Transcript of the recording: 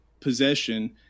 possession